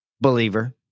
believer